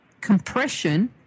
compression